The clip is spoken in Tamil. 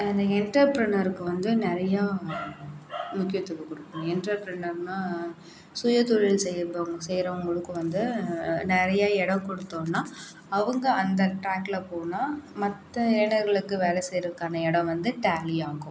இந்த என்டர் பிர்னருக்கு வந்து நிறையா முக்கியத்துவம் கொடுக்கணும் என்டர்பிர்னர் சுயதொழில் செய்பவங்க செய்யறவங்களுக்கும் வந்து நிறையா இடம் கொடுத்தோன்னா அவங்க அந்த ட்ராக்கில் போனால் மற்ற இளைஞர்களுக்கு வேலை செய்யறதுக்கான இடம் வந்து டேலி ஆகும்